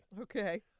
Okay